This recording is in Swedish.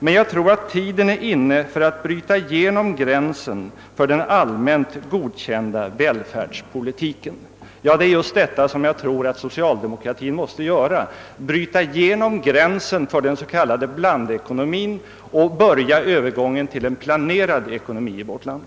Men jag tror att tiden är inne för att bryta igenom gränsen för den allmänt godkända välfärdspolitiken.» Det är just detta jag tror att socialdemokraterna måste göra: Bryta igenom gränsen för den s.k. blandekonomin och börja övergången till en planerad ekonomi i vårt land.